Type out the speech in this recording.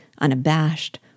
unabashed